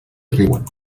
riuen